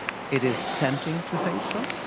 it is tempting to think so.